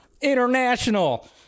International